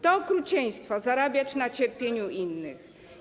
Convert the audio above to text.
To okrucieństwo zarabiać na cierpieniu innych.